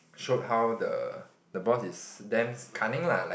showed how the the boss is damn cunning lah like